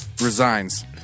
resigns